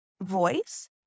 voice